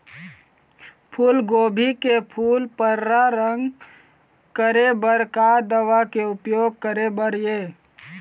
फूलगोभी के फूल पर्रा रंग करे बर का दवा के उपयोग करे बर ये?